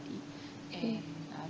okay